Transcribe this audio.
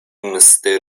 msty